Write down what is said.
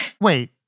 Wait